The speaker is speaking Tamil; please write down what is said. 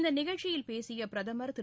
இந்தநிகழ்ச்சியில் பேசியபிரதமர் திரு